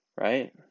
right